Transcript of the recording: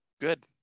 Good